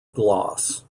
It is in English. gloss